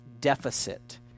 deficit